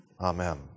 Amen